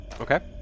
Okay